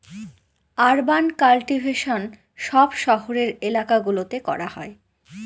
urban cultivation সব শহরের এলাকা গুলোতে করা হয়